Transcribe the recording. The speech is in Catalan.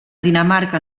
dinamarca